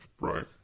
Right